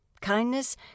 Kindness